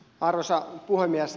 arvoisa puhemies